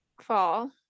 fall